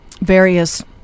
various